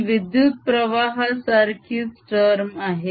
ही विद्युत प्रवाहासाराखीच टर्म आहे